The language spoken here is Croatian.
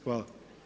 Hvala.